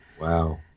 Wow